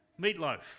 meatloaf